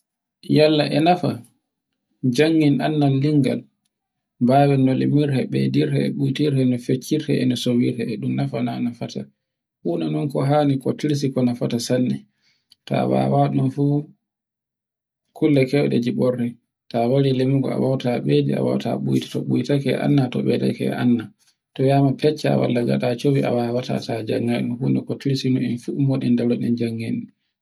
Yalla e nafa janngin annal limgal, mbawen no limirde, ɓeydirde, ɓuturte, no feccirte e no sowirte. E dun nafa nano fota. Funa non ko hani ko tursi ko nefata sanne. Ta wawa dun fu kulle keyde jiɓorde. Ta wari limgo a wawata ɓeydo, a wawata ɓuitoto ɓuytaake a annda to ɓeydsaake annda, to yiama annda a wawata ta janngai dun fu no kottirte ummoden daro den janngen.